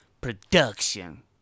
production